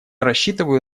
рассчитываю